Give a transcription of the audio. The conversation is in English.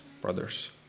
brothers